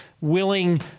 willing